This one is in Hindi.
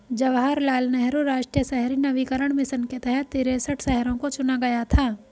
जवाहर लाल नेहरू राष्ट्रीय शहरी नवीकरण मिशन के तहत तिरेसठ शहरों को चुना गया था